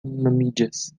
nomiĝas